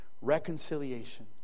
Reconciliation